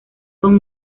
con